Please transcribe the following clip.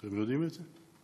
אתם יודעים את זה?